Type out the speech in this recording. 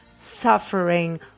suffering